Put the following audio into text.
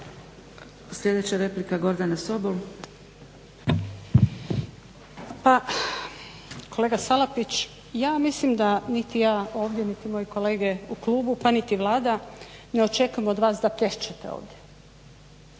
Sobol. **Sobol, Gordana (SDP)** Pa kolega Salapić ja mislim da niti ja ovdje niti moji kolege u klubu pa niti Vlada ne očekujemo od vas da plješćete ovdje.